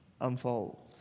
unfold